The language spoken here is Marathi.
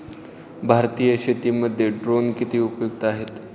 भारतीय शेतीमध्ये ड्रोन किती उपयुक्त आहेत?